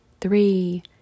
three